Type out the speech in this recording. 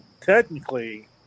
technically